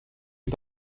les